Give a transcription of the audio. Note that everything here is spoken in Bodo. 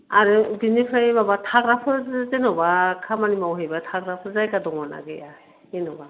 आरो बेनिफ्राय माबा थाग्राफोर जेनेबा खामानि मावहैबा थाग्राफोर जायगा दङना गैया जेनेबा